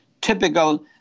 typical